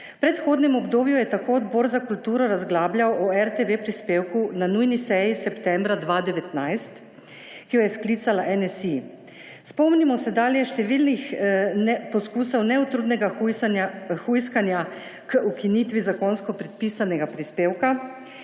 predhodnem obdobju je tako Odbor za kulturo razglabljal o RTV prispevku na nujni seji septembra 2019, ki jo je sklicala NSi. Spomnimo se dalje številnih poskusov neutrudnega hujskanja k ukinitvi zakonsko predpisanega prispevka